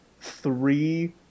three